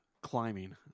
Climbing